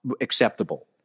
acceptable